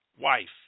wife